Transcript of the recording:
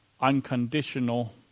unconditional